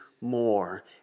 more